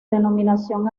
denominación